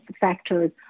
factors